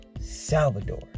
Salvador